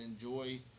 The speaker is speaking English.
enjoy